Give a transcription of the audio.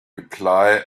reply